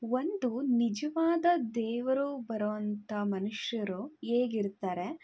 ಒಂದು ನಿಜವಾದ ದೇವರು ಬರೋ ಅಂಥ ಮನುಷ್ಯರು ಹೇಗಿರ್ತಾರೆ